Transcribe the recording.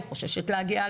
היא חוששת להגיע,